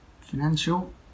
Financial